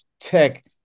tech